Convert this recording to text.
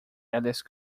alice